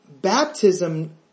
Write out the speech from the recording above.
baptism